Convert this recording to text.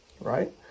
right